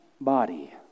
body